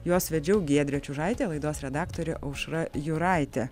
juos vedžiau giedrė čiužaitė laidos redaktorė aušra juraitė